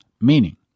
meaning